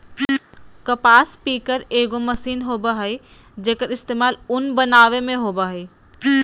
कपास पिकर एगो मशीन होबय हइ, जेक्कर इस्तेमाल उन बनावे में होबा हइ